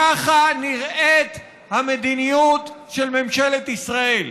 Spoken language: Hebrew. ככה נראית המדיניות של ממשלת ישראל: